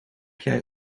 jij